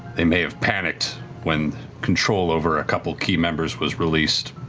they may have panicked when control over a couple key members was released.